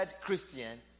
Christian